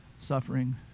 suffering